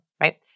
right